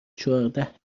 چهارده